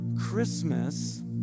Christmas